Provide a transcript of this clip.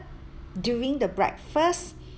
during the breakfast